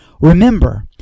Remember